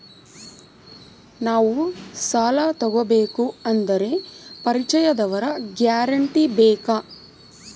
ನಾವು ಸಾಲ ತೋಗಬೇಕು ಅಂದರೆ ಪರಿಚಯದವರ ಗ್ಯಾರಂಟಿ ಬೇಕಾ?